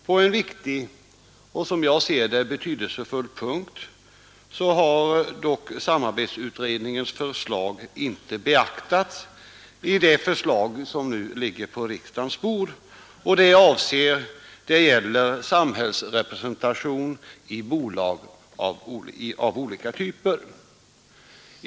På en, som jag ser det, betydelsefull punkt har dock samarbetsutredningens förslag inte beaktats i det förslag som nu ligger på riksdagens bord, nämligen i vad avser samhällsrepresentationen i bolag av olika typer.